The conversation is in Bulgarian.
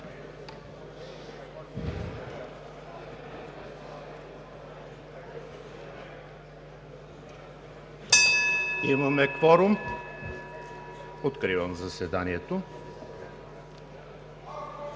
Има кворум. Откривам заседанието.